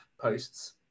posts